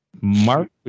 Mark